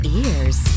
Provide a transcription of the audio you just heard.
ears